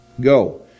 Go